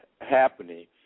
happening